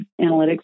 analytics